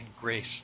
grace